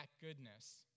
goodness